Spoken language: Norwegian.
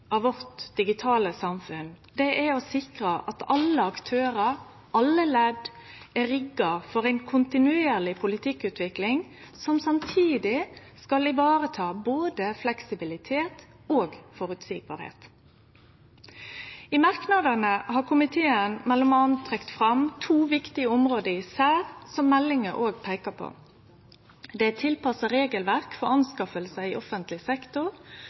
av vårt digitale samfunn er å sikre at alle aktørar, alle ledd, er rigga for ei kontinuerleg politikkutvikling som samtidig skal vareta både fleksibilitet og føreseielegheit. I merknadene har komiteen m.a. især trekt fram to viktige område som meldinga òg peikar på. Det er tilpassa regelverk for anskaffingar i offentleg sektor,